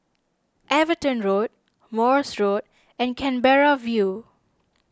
Everton Road Morse Road and Canberra View